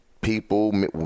People